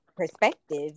perspective